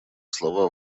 слова